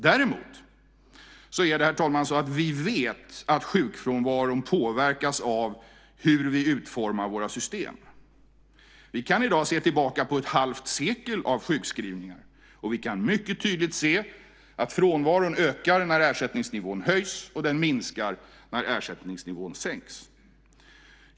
Vi vet dock, herr talman, att sjukfrånvaron påverkas av hur vi utformar våra system. Vi kan i dag se tillbaka på ett halvt sekel av sjukskrivningar, och vi kan mycket tydligt se att frånvaron ökar när ersättningsnivån höjs och minskar när ersättningsnivån sänks.